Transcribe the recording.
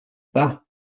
pas